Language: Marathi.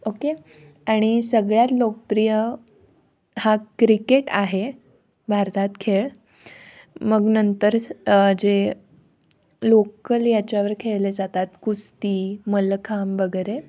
ओके आणि सगळ्यात लोकप्रिय हा क्रिकेट आहे भारतात खेळ मग नंतर जे लोकल याच्यावर खेळले जातात कुस्ती मलखांब वगैरे